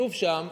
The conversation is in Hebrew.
כתוב שם: